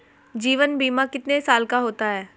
जीवन बीमा कितने साल का होता है?